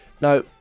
Now